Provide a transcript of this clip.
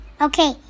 Okay